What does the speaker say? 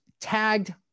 Tagged